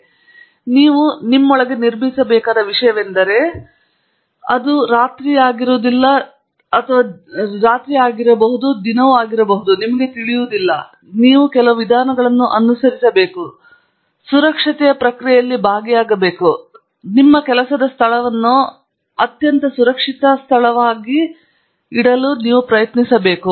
ಆದ್ದರಿಂದ ನೀವು ನಿಮ್ಮೊಳಗೆ ನಿರ್ಮಿಸಬೇಕಾದ ವಿಷಯವೆಂದರೆ ಅದು ರಾತ್ರಿಯೇ ಆಗುವುದಿಲ್ಲ ಅದು ನಿಮಗೆ ತಿಳಿದಿಲ್ಲ ಅದು ಕೆಲವು ವಿಧಾನಗಳನ್ನು ಅನುಸರಿಸಿ ಕೇವಲ ವಿಷಯವಲ್ಲ ಇದು ಸುರಕ್ಷತೆಯ ಪ್ರಕ್ರಿಯೆಯಲ್ಲಿ ಭಾಗಿಯಾಗುತ್ತಿದೆ ಮತ್ತು ಕೇವಲ ನಂತರ ನಿಮ್ಮ ಕೆಲಸದ ಸ್ಥಳವನ್ನು ಅತ್ಯಂತ ಸುರಕ್ಷಿತ ಕೆಲಸದ ಸ್ಥಳವಾಗಿ ಮಾಡಲು ನಿಮಗೆ ನಿಜವಾಗಿ ತಿಳಿದಿರಬಹುದು